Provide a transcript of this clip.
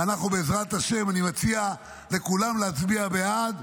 ובעזרת השם, מציע לכולם להצביע בעד.